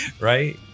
right